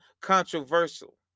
controversial